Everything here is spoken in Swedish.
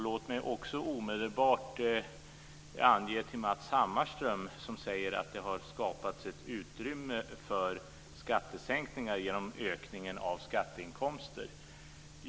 Låt mig dessutom omedelbart vända mig till Matz Hammarström, som säger att det har skapats ett utrymme för skattesänkningar genom ökningen av skatteinkomster.